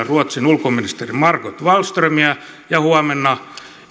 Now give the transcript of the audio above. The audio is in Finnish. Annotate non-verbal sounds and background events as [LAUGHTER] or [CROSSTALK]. [UNINTELLIGIBLE] ruotsin ulkoministeri margot wallströmiä ja huomenna